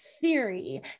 theory